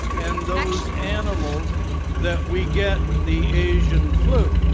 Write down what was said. and those animals that we get the asian flu.